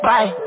Bye